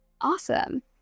awesome